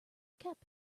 kept